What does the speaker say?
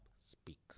Speak